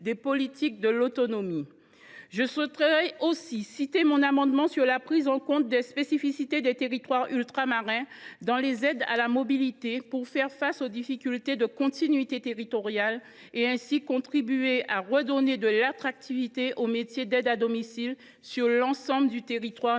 Je souhaiterais aussi rappeler mon amendement sur la prise en compte des spécificités des territoires ultramarins dans les aides à la mobilité, pour faire face aux difficultés de continuité territoriale et ainsi contribuer à redonner de l’attractivité au métier d’aide à domicile sur l’ensemble du territoire national.